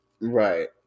right